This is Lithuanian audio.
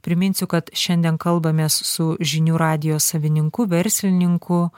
priminsiu kad šiandien kalbamės su žinių radijo savininku verslininku